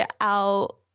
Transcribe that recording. out